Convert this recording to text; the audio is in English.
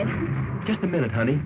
i'm just a minute honey